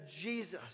Jesus